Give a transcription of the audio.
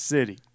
City